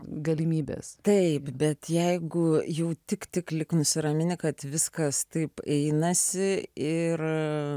galimybės taip bet jeigu jau tik tik lyg nusiraminę kad viskas taip einasi ir